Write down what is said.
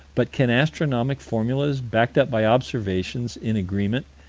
but can astronomic formulas, backed up by observations in agreement,